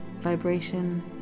vibration